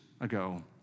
ago